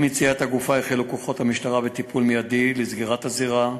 עם מציאת הגופה החלו כוחות המשטרה בטיפול מיידי לסגירת הזירה,